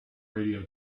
radio